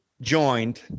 joined